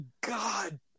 God